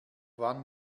wann